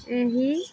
ଏହି